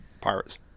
Pirates